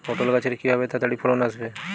পটল গাছে কিভাবে তাড়াতাড়ি ফলন আসবে?